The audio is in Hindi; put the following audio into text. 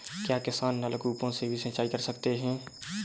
क्या किसान नल कूपों से भी सिंचाई कर सकते हैं?